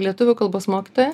lietuvių kalbos mokytoja